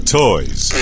toys